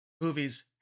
movies